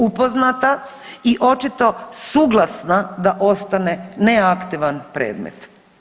Upoznata i očito suglasna da ostane neaktivan predmet.